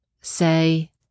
say